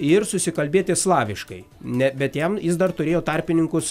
ir susikalbėti slaviškai ne bet jam jis dar turėjo tarpininkus